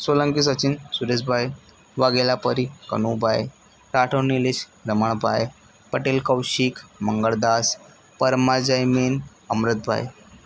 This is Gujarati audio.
સોલંકી સચિન સુરેશભાઈ વાઘેલા પરિ કનુભાઈ રાઠોડ નીલેશ રમણભાઈ પટેલ કૌશિક મંગળદાસ પરમાર જયમીન અમૃતભાઈ